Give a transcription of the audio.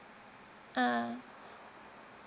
ah